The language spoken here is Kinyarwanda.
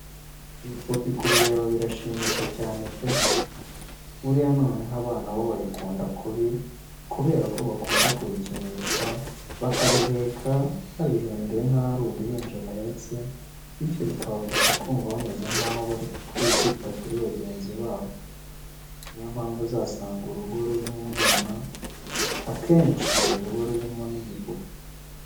Ibipupe kubireba birashimisha cyane pe! Buriya noneho abana bo babikunda kubi kubera ko bakunda kubikinisha, bakabiheka babihinduye nkaho ari uduhinja bahetse, bityo bikabafasha kumva bameze nkaho bari kwita kuri bagenzi babo. Ni yo mpamvu uzasanga urugo rurimo umwana akenshi ruba rurimo n'igipupe.